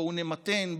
בואו נמתן,